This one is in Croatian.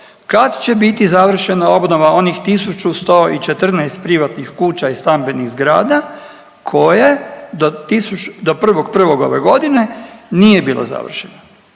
kad će biti završena obnova onih 1.114 privatnih kuća i stambenih zgrada koje do 1.01. ove godine nije bilo završeno.